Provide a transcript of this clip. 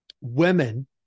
women